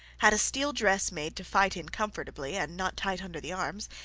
had a steel dress made to fight in comfortably and not tight under the arms,